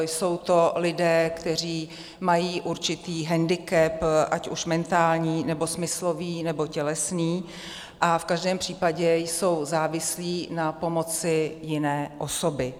Jsou to lidé, kteří mají určitý hendikep, ať už mentální, nebo smyslový, nebo tělesný, a v každém případě jsou závislí na pomoci jiné osoby.